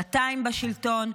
שנתיים בשלטון,